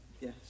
yes